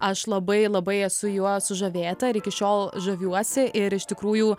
aš labai labai esu juo sužavėta ir iki šiol žaviuosi ir iš tikrųjų